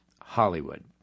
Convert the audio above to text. Hollywood